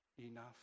enough